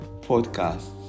podcast